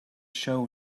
show